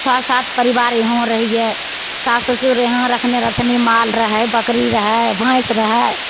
छओ सात परिवार इहो रहियै सास ससुर यहाँ रखने रहथनी माल रहय बकरी रहय भैंस रहय